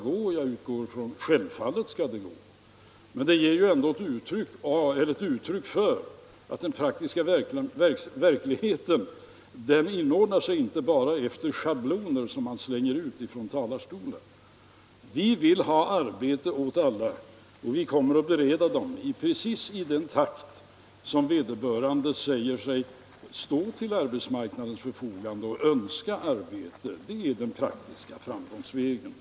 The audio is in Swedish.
Det kommer självfallet att lyckas, men detta är ändå ett uttryck för att den praktiska verkligheten inte inrättar sig efter schabloner som slängs ut från talarstolar. Vi vill ha arbete åt alla, och vi kommer att bereda alla arbete precis i den takt vederbörande säger sig stå till arbetsmarknadens förfogande. Det är den praktiska framgångsvägen.